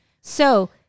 So-